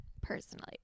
personally